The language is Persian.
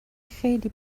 خیلی